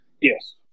Yes